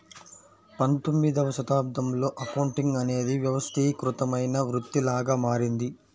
పంతొమ్మిదవ శతాబ్దంలో అకౌంటింగ్ అనేది వ్యవస్థీకృతమైన వృత్తిలాగా మారింది